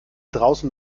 draußen